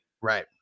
Right